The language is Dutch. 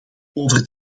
over